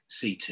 CT